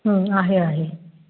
हो आहे आहे